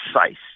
precise